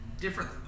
different